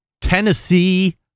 Tennessee